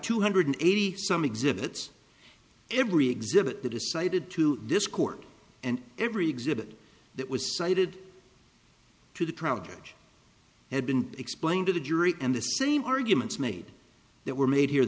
two hundred eighty some exhibits every exhibit a decided to this court and every exhibit that was cited to the trial judge had been explained to the jury and the same arguments made that were made here